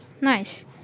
nice